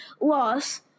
loss